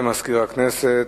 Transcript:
תודה לסגן מזכירת הכנסת.